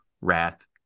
Wrath